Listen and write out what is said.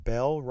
Bell